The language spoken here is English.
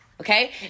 Okay